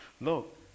look